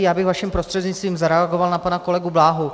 Já bych vaším prostřednictví zareagoval na pana kolegu Bláhu.